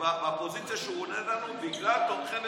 בפוזיציה שהוא עונה לנו בגלל תומכי מחבלים,